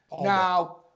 Now